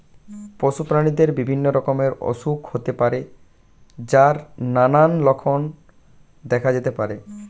পশু প্রাণীদের বিভিন্ন রকমের অসুখ হতে পারে যার নানান লক্ষণ দেখা যেতে পারে